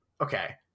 okay